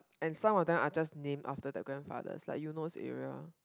and some of them are just named after their grandfathers like Eunos area